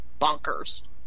bonkers